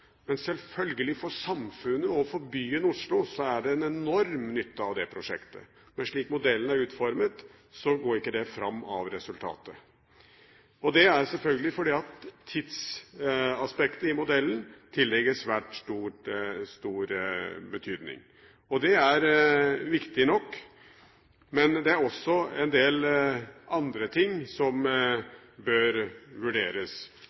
Samfunnet og byen Oslo har selvfølgelig en enorm nytte av dette prosjektet, men slik modellen er utformet, går ikke det fram av resultatet. Og det er selvfølgelig fordi tidsaspektet i modellen tillegges svært stor betydning. Det er viktig nok, men det er også en del andre ting som bør vurderes.